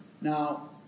now